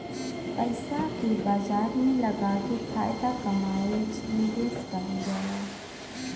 पइसा के बाजार में लगाके फायदा कमाएल निवेश कहल जाला